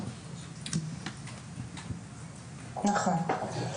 לתלמיד ולהורה נכתב חוזר מנכ"ל מקיף